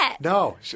no